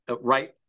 right